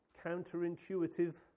counterintuitive